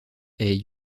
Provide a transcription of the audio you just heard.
est